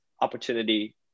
opportunity